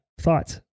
thoughts